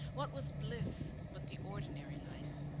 what was bliss but the ordinary life.